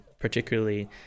particularly